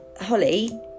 Holly